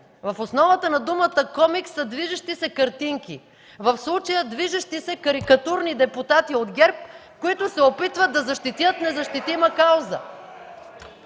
В основата на думата „комикс” са движещи се картинки. В случая движещи се карикатурни депутати от ГЕРБ, които се опитват да защитят незащитима кауза.